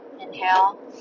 Inhale